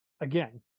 again